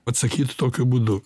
atsakyt tokiu būdu